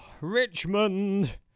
Richmond